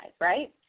right